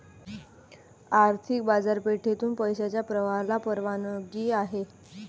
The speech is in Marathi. आर्थिक बाजारपेठेतून पैशाच्या प्रवाहाला परवानगी आहे